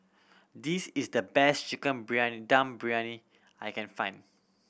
this is the best Chicken Briyani Dum Briyani I can find